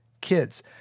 kids